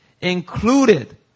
included